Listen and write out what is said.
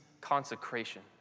consecration